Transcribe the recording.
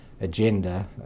agenda